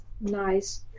nice